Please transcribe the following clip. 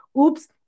oops